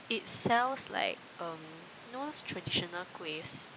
it sells like um you know those traditional kuehs